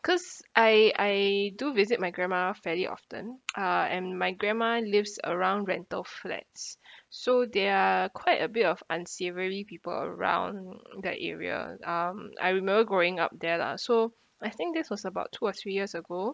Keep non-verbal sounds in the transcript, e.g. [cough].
cause I I do visit my grandma fairly often [noise] uh and my grandma lives around rental flats so there are quite a bit of unsavoury people around that area um I remember growing up there lah so I think this was about two or three years ago